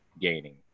gaining